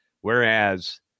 whereas